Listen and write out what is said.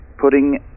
putting